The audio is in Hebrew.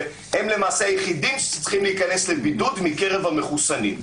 והם היחידים שצריכים להיכנס לבידוד מקרב המחוסנים.